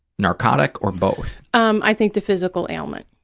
narcotic or both? um i think the physical ailment.